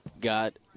got